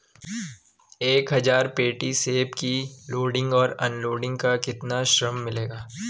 एक हज़ार पेटी सेब की लोडिंग और अनलोडिंग का कितना श्रम मिलेगा?